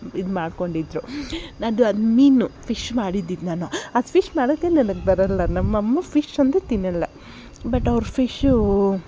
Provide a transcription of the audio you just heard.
ಇದು ಮಾಡ್ಕೊಂಡಿದ್ರು ಅದು ಮೀನು ಫಿಶ್ ಮಾಡಿದಿದ್ದು ನಾನು ಆ ಫಿಶ್ ಮಾಡಕ್ಕೆ ನನಗೆ ಬರಲ್ಲ ನಮ್ಮಮ್ಮ ಫಿಶ್ ಅಂದರೆ ತಿನ್ನಲ್ಲ ಬಟ್ ಅವ್ರು ಫಿಶ್ಶೂ